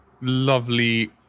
lovely